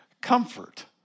Comfort